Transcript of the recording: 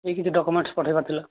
ଏଇ କିଛି ଡକ୍ୟୁମେଣ୍ଟସ୍ ପଠାଇବାର ଥିଲା